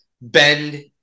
bend